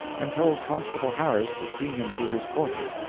and told constable harris to see him to his quarters,